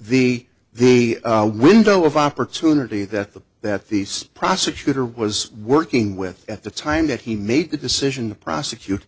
so the the window of opportunity that the that these prosecutor was working with at the time that he made the decision to prosecute